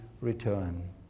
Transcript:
return